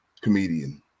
comedian